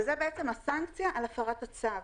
וזה הסנקציה על הפרת הצו.